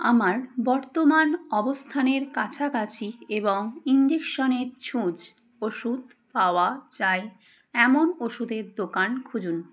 আমার বর্তমান অবস্থানের কাছাকাছি এবং ইনজেকশনের ছুঁচ ওষুধ পাওয়া যাই এমন ওষুধের দোকান খুঁজুন